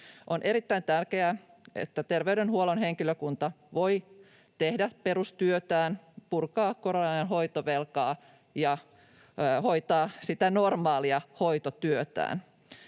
On erittäin tärkeää, että terveydenhuollon henkilökunta voi tehdä perustyötään: purkaa korona-ajan hoitovelkaa ja hoitaa normaalia hoitotyötään.